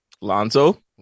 Lonzo